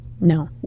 No